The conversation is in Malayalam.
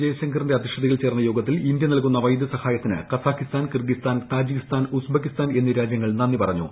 ജയശങ്കറിന്റെ അദ്ധ്യക്ഷതയിൽ ചേർന്ന യോഗത്തിൽ ഇന്ത്യ നൽകുന്ന വൈദ്യസഹായത്തിന് കസാഖിസ്ഥാൻ കിർഗിസ്ഥാൻ രജിക്കിസ്ഥാൻ ഉസ്ബെക്കിസ്ഥാൻ എന്നീ രാജ്യങ്ങൾ നന്ദി പറഞ്ഞു